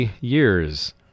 years